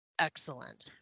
Excellent